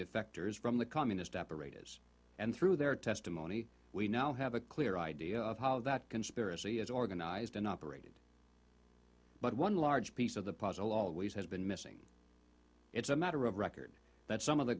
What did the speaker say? defectors from the communist operators and through their testimony we now have a clear idea of how that conspiracy is organized and operated but one large piece of the puzzle always has been missing it's a matter of record that some of the